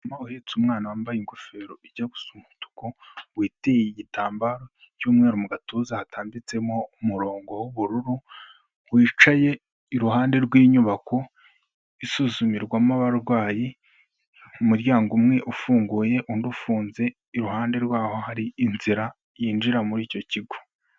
Umu mama uhetse umwana wambaye ingofero ijya gusa umutuku witeye igitambaro cy'umweru mu gatuza hatambitsemo umurongo w'ubururu wicaye iruhande rw'inyubako isuzumirwamo abarwayi. umuryango umwe ufunguye ,undi ufunze iruhande rwaho hari inzira yinjira muri icyo kigo.